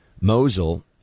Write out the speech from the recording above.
Mosul